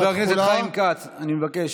חבר הכנסת חיים כץ, אני מבקש.